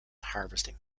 harvesting